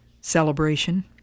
celebration